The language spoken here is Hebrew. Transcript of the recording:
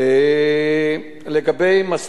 לגבי חבר הכנסת מסעוד גנאים,